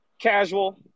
casual